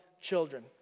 children